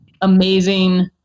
amazing